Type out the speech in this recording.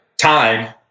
time